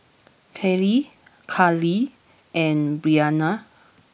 Cary Karlee and Breanna